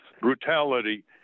brutality